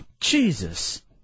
Jesus